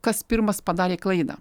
kas pirmas padarė klaidą